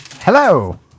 Hello